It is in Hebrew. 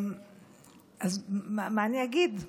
אז מה אני אגיד?